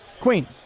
Queen